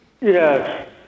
Yes